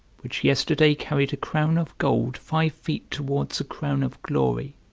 which yesterday carried a crown of gold five feet towards a crown of glory,